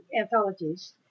anthologies